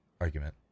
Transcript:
argument